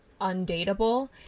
undateable